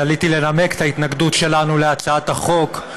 עליתי לנמק את ההתנגדות שלנו להצעת החוק.